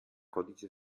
codice